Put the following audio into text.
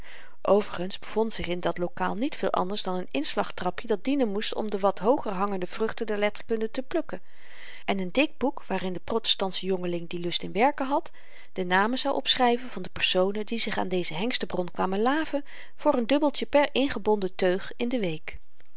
overigens bevond zich in dat lokaal niet veel anders dan n inslagtrapje dat dienen moest om de wat hoog hangende vruchten der letterkunde te plukken en n dik boek waarin de protestantsche jongeling die lust in werken had de namen zou opschryven van de personen die zich aan dezen hengstebron kwamen laven voor n dubbeltje per ingebonden teug in de week